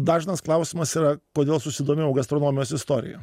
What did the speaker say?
dažnas klausimas yra kodėl susidomėjau gastronomijos istorija